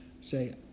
say